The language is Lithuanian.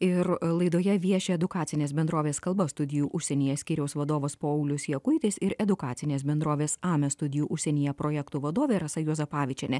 ir laidoje vieši edukacinės bendrovės kalba studijų užsienyje skyriaus vadovas paulius jakutis ir edukacinės bendrovės ames studijų užsienyje projektų vadovė rasa juozapavičienė